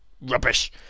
Rubbish